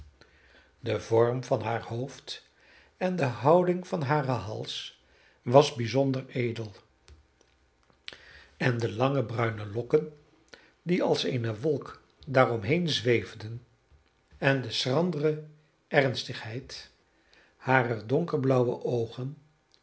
de vorm van haar hoofd en de houding van haren hals was bijzonder edel en de lange bruine lokken die als eene wolk daaromheen zweefden en de schrandere ernstigheid harer donkerblauwe oogen alles